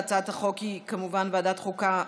לוועדת החוקה,